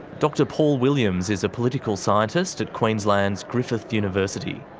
dr paul williams is a political scientist at queensland's griffith university.